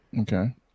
Okay